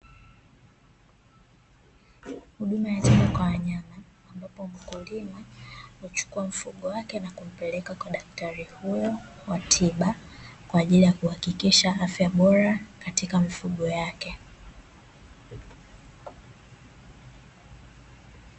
Huduma ya tiba kwa wanyama, ambapo mkulima huchukua mfugo wake na kumpeleka kwa Daktari huyo wa tiba, kwa ajili ya kuhakikisha afya bora katika mifugo yake.